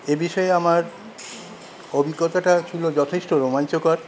এ বিষয়ে আমার অভিজ্ঞতাটাও ছিল যথেষ্ট রোমাঞ্চকর